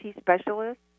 specialist